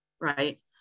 right